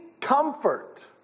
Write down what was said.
comfort